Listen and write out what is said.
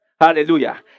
Hallelujah